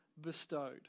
bestowed